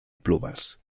pluvas